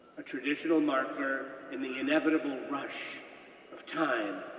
a traditional marker in the inevitable rush of time